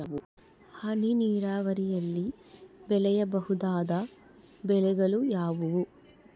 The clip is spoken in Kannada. ಹನಿ ನೇರಾವರಿಯಲ್ಲಿ ಬೆಳೆಯಬಹುದಾದ ಬೆಳೆಗಳು ಯಾವುವು?